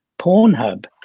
Pornhub